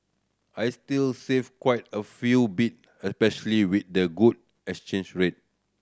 I'll still save quite a few bit especially with the good exchange rate